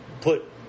put